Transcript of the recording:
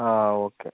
ആ ആ ഓക്കെ